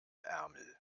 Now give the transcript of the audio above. ärmel